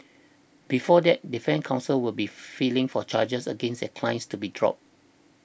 before that defence counsels will be filing for charges against their clients to be dropped